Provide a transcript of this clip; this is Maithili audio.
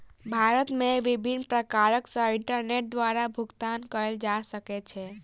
भारत मे विभिन्न प्रकार सॅ इंटरनेट द्वारा भुगतान कयल जा सकै छै